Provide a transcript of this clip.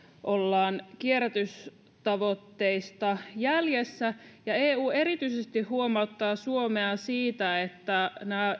ollaan kierrätystavoitteista jäljessä ja eu erityisesti huomauttaa suomea siitä että